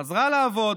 חזרה לעבוד,